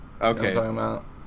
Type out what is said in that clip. Okay